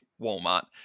Walmart